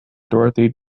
dorothy